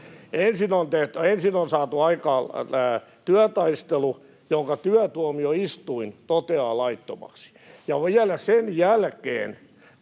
Ensin on saatu aikaan työtaistelu, jonka työtuomioistuin toteaa laittomaksi, ja vielä sen jälkeen,